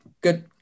Good